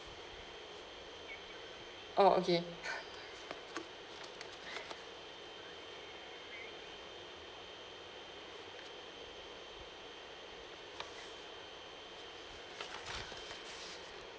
oh okay